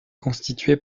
constitué